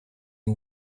you